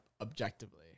objectively